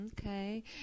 Okay